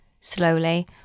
slowly